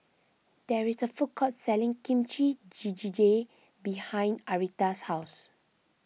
there is a food court selling Kimchi Jjigae behind Aretha's house